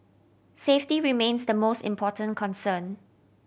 safety remains the most important concern